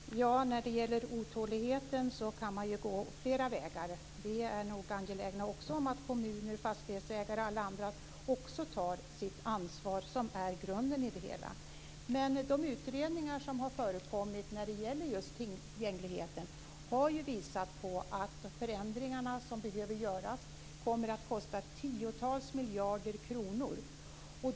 Herr talman! När det gäller otåligheten kan man ju gå flera vägar. Vi är nog också angelägna om att kommuner, fastighetsägare och alla andra tar sitt ansvar, som är grunden i det hela. Men de utredningar som har förekommit när det gäller just tillgängligheten har ju visat på att förändringarna, som behöver göras, kommer att kosta tiotals miljarder kronor.